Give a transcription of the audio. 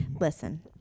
listen